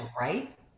right